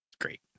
Great